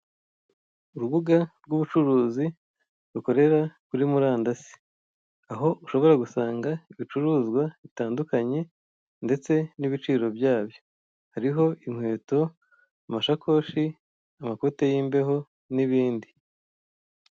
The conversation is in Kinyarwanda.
Urubuga rw'ubucuruzi rukorera kuri murandasi, aho ushobora gusanga ibicuruzwa bitandukanye ndetse n'ibiciro byabyo. Hariho inkweto, amashakoshi, amakote y'imbeho n'ibindi.